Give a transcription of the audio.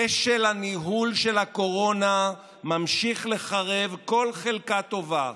כשל הניהול של הקורונה ממשיך לחרב כל חלקה טובה: